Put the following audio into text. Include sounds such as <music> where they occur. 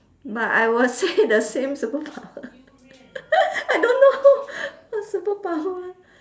but I will say the same superpower <laughs> I don't know <laughs> what superpower